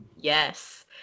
Yes